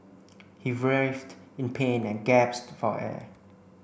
he in pain and gasped for air